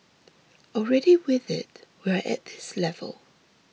already with it we are at this level